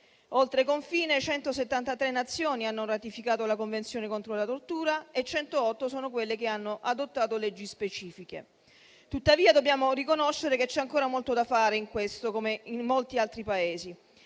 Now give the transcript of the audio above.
Oltre confine, 173 Nazioni hanno ratificato la Convenzione contro la tortura e 108 sono quelle che hanno adottato leggi specifiche. Tuttavia, dobbiamo riconoscere che c'è ancora molto da fare, in questo come in molti altri Paesi,